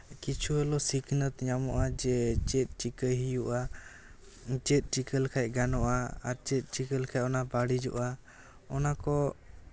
ᱠᱤᱪᱷᱩ ᱦᱚᱞᱮᱣᱳ ᱥᱤᱠᱷᱱᱟᱹᱛ ᱧᱟᱢᱚᱜᱼᱟ ᱡᱮ ᱪᱮᱫ ᱪᱤᱠᱟᱹᱭ ᱦᱩᱭᱩᱜᱼᱟ ᱪᱮᱫ ᱪᱤᱠᱟᱹ ᱞᱮᱠᱷᱟᱡ ᱜᱟᱱᱚᱜᱼᱟ ᱟᱨ ᱪᱮᱫ ᱪᱤᱠᱟᱹ ᱞᱮᱠᱷᱟᱡ ᱚᱱᱟ ᱵᱟᱹᱲᱤᱡᱚᱜᱼᱟ ᱚᱱᱟ ᱠᱚ